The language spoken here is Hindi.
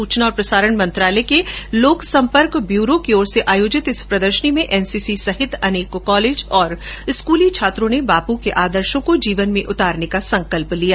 सूचना और प्रसारण मंत्रालय के लोकसम्पर्क ब्यूरो की ओर से आयोजित इस प्रदर्शनी में एनसीसी सहित अनेक कॉलेज और स्कूली छात्रों ने बापू के आदर्शों को जीवन में उतारने का संकल्प लिया